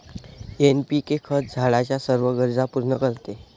NPK खत झाडाच्या सर्व गरजा पूर्ण करते